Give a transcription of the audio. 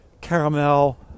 caramel